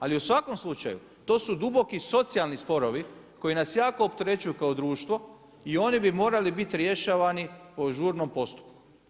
Ali, u svakom slučaju, to su duboki, socijalni sporovi, koji nas jako opterećuju kao društvo i oni bi morali biti rješavani po žurnom postupku.